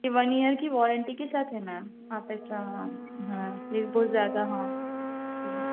one year کی warranty کے ساتھ ہے میم آپ اچھا ہاں ہوں پلیز بہت زیادہ ہاں ہوں